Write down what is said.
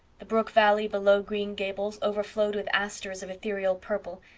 the brook valley below green gables overflowed with asters of ethereal purple,